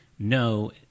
No